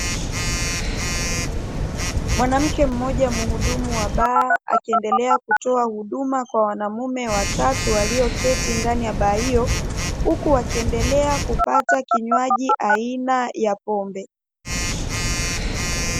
Mwanamke mmoja muhudumu wa baa akiendelea kutoa huduma kwa wanaume watatu walioketi ndani ya baa hiyo, huku wakiendelea kupata kinywaji aina ya pombe.